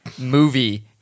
movie